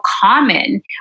common